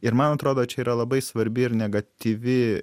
ir man atrodo čia yra labai svarbi ir negatyvi